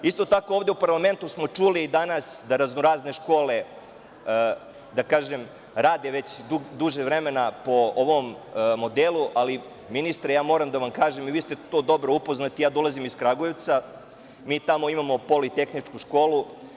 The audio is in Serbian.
Isto tako, ovde u parlamentu smo čuli danas da raznorazne škole, da kažem, rade već duže vremena po ovom modelu, ali ministre, moram da vam kažem, vi ste dobro upoznati, ja dolazim iz Kragujevca, mi tamo imamo Politehničku školu.